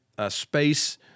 space